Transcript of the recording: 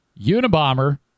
Unabomber